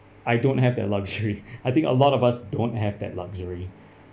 I don't have that luxury I think a lot of us don't have that luxury